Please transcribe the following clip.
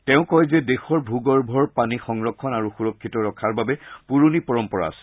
তেওঁ কয় যে দেশৰ ভূগৰ্ভৰ পানী সংৰক্ষণ আৰু সুৰক্ষিত ৰখাৰ বাবে পুৰণি পৰম্পৰা আছে